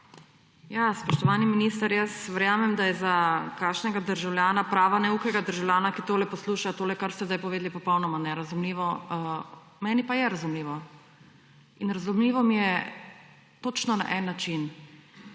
Spoštovani minister, verjamem, da je za kakšnega prava neukega državljana, ki tole posluša, tole, kar ste zdaj povedali, popolnoma nerazumljivo, meni pa je razumljivo. In razumljivo mi je točno na en način.